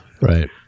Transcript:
Right